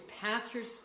Pastor's